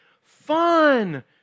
fun